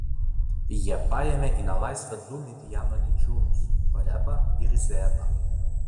jie paėmė į nelaisvę du midjano didžiūnus orebą ir zeebą